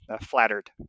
flattered